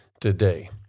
today